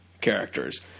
characters